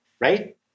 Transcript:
right